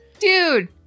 Dude